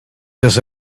this